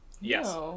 Yes